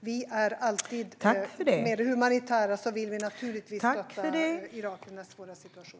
Vi är alltid humanitära och vill naturligtvis stötta irakierna i deras svåra situation.